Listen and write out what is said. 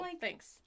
Thanks